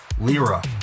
Lira